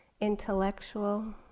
intellectual